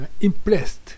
impressed